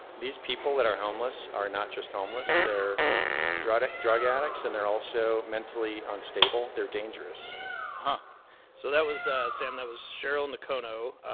these people that are homeless are not just homeless. they're drug drug addicts, and they're also mentally unstable. they're dangerous huh so that was ah sam, that was cheryl nakono.